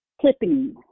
clipping